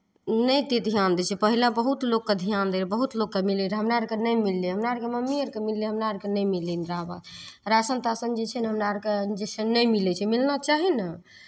नहि एतेक धियान दै छै पहिले बहुत लोकके धियान दैत रहै बहुत लोककेँ मिलैत रहै हमरा अरके नहि मिललै हमरा अरके मम्मीए अरके मिललै हमरा अरके नहि मिललै इन्दिरा आवास राशन ताशन जे छै ने हमरा अरके जे छै नहि मिलै छै मिलना चाही ने